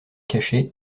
cachet